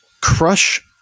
crush